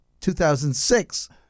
2006